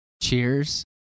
cheers